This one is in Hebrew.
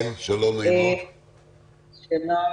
בעניין